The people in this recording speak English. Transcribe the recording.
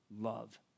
love